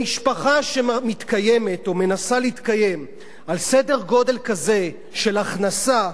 משפחה שמתקיימת או מנסה להתקיים על סדר-גודל כזה של הכנסה,